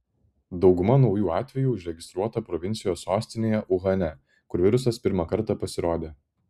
dauguma naujų atvejų užregistruota provincijos sostinėje uhane kur virusas pirmą kartą pasirodė